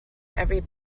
every